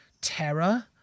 terror